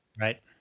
Right